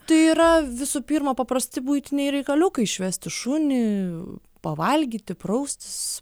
tai yra visų pirma paprasti buitiniai reikaliukai išvesti šunį pavalgyti praustis